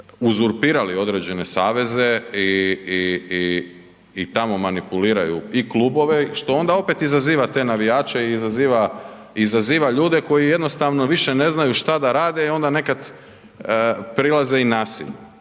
uzurpirali određene saveze i, i, i, i tamo manipuliraju i klubove, što onda opet izaziva te navijače i izaziva, izaziva ljude koji jednostavno više ne znaju šta da rade i onda nekad prilaze i nasilju,